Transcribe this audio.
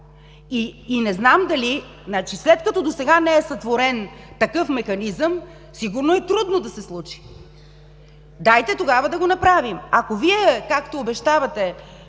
за деца. Значи, след като досега не е сътворен такъв механизъм, сигурно е трудно да се случи. Дайте тогава да го направим! Ако Вие, както обещавате,